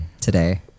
today